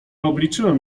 obliczyłem